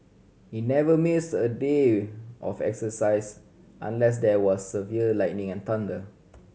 he never missed a day of exercise unless there was severe lightning and thunder